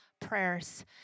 prayers